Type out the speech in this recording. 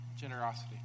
generosity